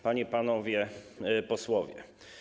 Panie i Panowie Posłowie!